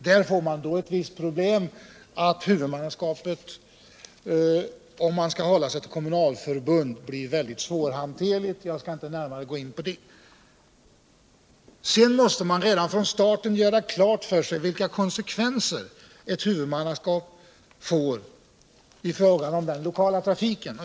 Där får man då det problemet att huvudmannaskapet — om man skall hålla sig till kommunalförbund — blir svårhanterligt. Jag skall inte gå närmare in på det. Sedan måste man redan från starten göra klart för sig vilka konsekvenser ett huvudmannaskap får i förhållande till den lokala trafiken.